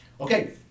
Okay